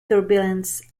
turbulence